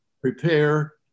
prepare